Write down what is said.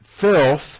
Filth